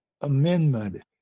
amendment